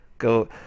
Go